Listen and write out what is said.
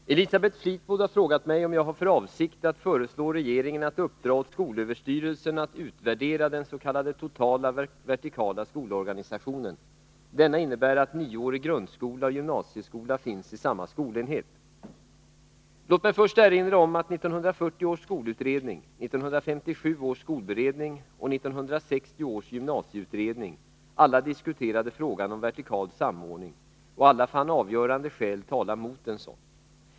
Herr talman! Elisabeth Fleetwood har frågat mig om jag har för avsikt att föreslå regeringen att uppdra åt skolöverstyrelsen att utvärdera den s.k. totala vertikala skolorganisationen. Denna innebär att nioårig grundskola och gymnasieskola finns i samma skolenhet. Låt mig först erinra om att 1940 års skolutredning, 1957 års skolberedning och 1960 års gymnasieutredning alla diskuterade frågan om vertikal samordning och alla fann avgörande skäl tala mot en sådan.